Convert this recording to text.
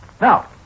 Now